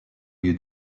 lieu